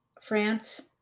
France